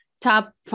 Top